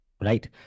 right